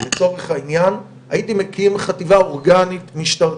לצורך העניין הייתי מקים חטיבה אורגנית משטרתית,